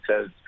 says